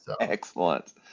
Excellent